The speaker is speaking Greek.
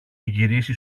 γυρίσει